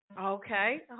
Okay